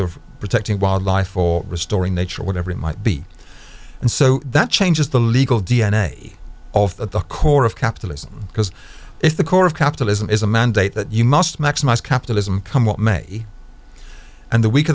of protecting wildlife or restoring nature whatever it might be and so that changes the legal d n a of at the core of capitalism because if the core of capitalism is a mandate that you must maximize capitalism come what may and the week